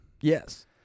Yes